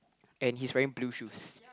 and he's wearing blue shoes